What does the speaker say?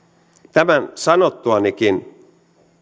tämän sanottuanikin